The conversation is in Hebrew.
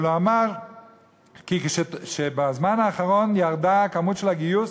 אבל הוא אמר שבזמן האחרון ירדה הכמות של הגיוס.